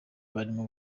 barimo